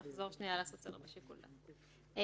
נחזור לעשות סדר ושיקול דעת.